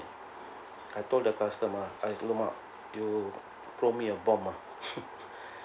I told the customer Aidruma you throw me a bomb ah